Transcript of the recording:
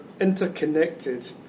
interconnected